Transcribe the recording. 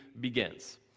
begins